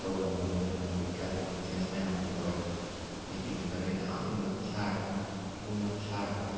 ꯇꯧꯕꯅ ꯃꯔꯝ ꯑꯣꯏꯗꯨꯅ ꯑꯩꯈꯣꯏ ꯀ꯭ꯂꯥꯏꯃꯦꯠꯇ ꯆꯦꯟꯁ ꯃꯌꯥꯝ ꯑꯃꯁꯨ ꯇꯧꯏ ꯑꯩꯈꯣꯏ ꯏꯪꯉꯒꯅ ꯌꯥꯝꯅ ꯏꯪꯕ ꯁꯥꯔꯒꯅ ꯌꯥꯝ ꯁꯥꯔꯒ